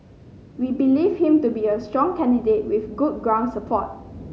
we believe him to be a strong candidate with good ground support